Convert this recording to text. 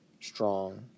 strong